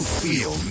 feel